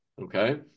Okay